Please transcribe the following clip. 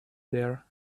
there